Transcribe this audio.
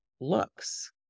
looks